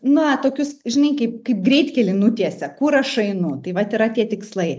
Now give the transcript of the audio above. na tokius žinai kaip kaip greitkelį nutiesia kur aš einu tai vat yra tie tikslai